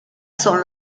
son